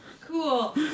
Cool